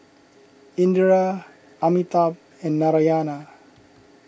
Indira Amitabh and Narayana